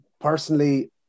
Personally